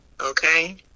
Okay